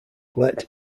let